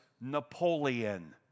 Napoleon